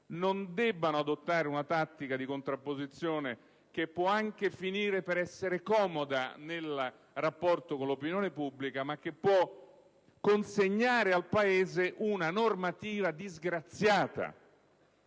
non debbano adottare una tattica di contrapposizione, che può anche finire per essere comoda nel rapporto con l'opinione pubblica, ma che può consegnare al Paese una normativa disgraziata,